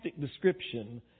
description